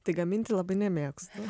tai gaminti labai nemėgstu